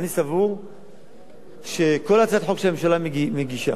אני סבור שכל הצעת חוק שהממשלה מגישה,